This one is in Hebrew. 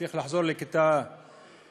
הם צריכים לחזור לכיתה י"א,